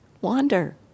wander